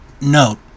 note